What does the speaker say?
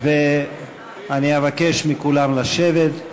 ואני אבקש מכולם לשבת.